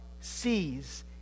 sees